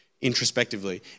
introspectively